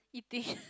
eating